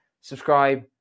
subscribe